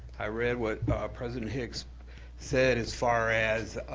i read what president hicks said as far as